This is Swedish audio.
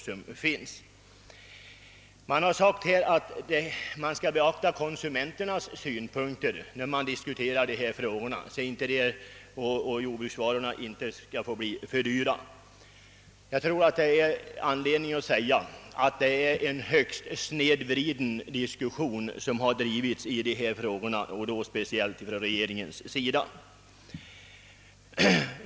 I diskussionen har framhållits att konsumenternas intressen bör beaktas och att jordbruksvarorna inte får bli för dyra. Denna diskussion har avsevärt snedvridits, speciellt från regeringens sida.